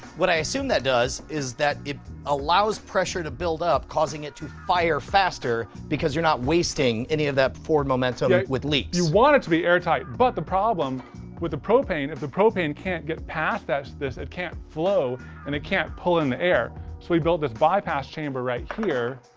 what i assume that does is that it allows pressure to build up causing it to fire faster, because you're not wasting any of that forward momentum with leaks. you want it to be air-tight but the problem with the propane if the propane can't get passed that it can't flow and it can't pull in the air. so we built this bypass chamber right here,